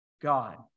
God